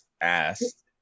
asked